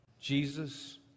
Jesus